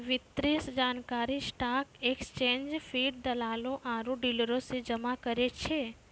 वित्तीय जानकारी stock exchange feed, दलालो आरु डीलरो से जमा करै छै